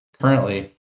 currently